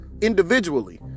individually